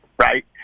right